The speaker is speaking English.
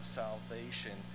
salvation